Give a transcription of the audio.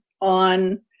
on